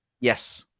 yes